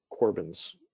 Corbyn's